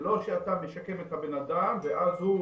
זה לא שאתה משקם את הבן אדם ואז הוא